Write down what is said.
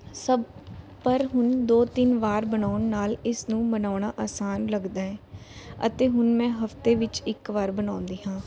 ਸਭ ਪਰ ਹੁਣ ਦੋ ਤਿੰਨ ਵਾਰ ਬਣਾਉਣ ਨਾਲ ਇਸ ਨੂੰ ਬਣਾਉਣਾ ਅਸਾਨ ਲੱਗਦਾ ਹੈ ਅਤੇ ਹੁਣ ਮੈਂ ਹਫਤੇ ਵਿੱਚ ਇੱਕ ਵਾਰ ਬਣਾਉਂਦੀ ਹਾਂ